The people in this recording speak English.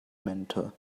mentor